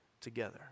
together